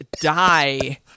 Die